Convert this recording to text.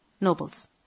nobles